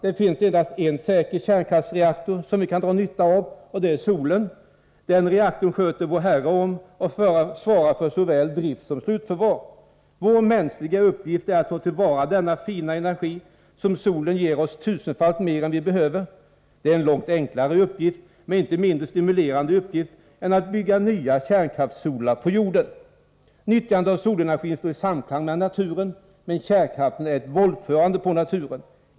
Det finns endast en säker kärnkraftsreaktor som vi kan dra nytta av, och det är solen. Vår Herre sköter om den reaktorn och svarar för såväl drift som slutförvar. Vår mänskliga uppgift är att ta till vara den fina energi som solen ger oss tusenfalt mer än vi behöver. Det är en långt enklare, men inte mindre stimulerande, uppgift än att bygga nya kärnkraftssolar på jorden. Nyttjandet av solenergin står i samklang med naturen, men kärnkraften är ett våldförande på naturen.